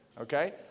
Okay